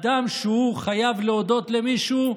אדם שחייב להודות למישהו,